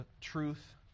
truth